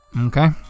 Okay